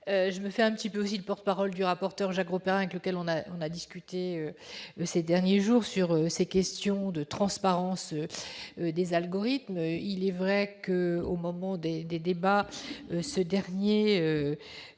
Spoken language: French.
je me fais un petit peu aussi le porte-parole du rapporteur Jacques Grosperrin avec lequel on a, on a discuté ces derniers jours sur ces questions de transparence des algorithmes, il est vrai qu'au moment des débats, ce dernier